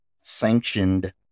sanctioned